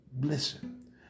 Listen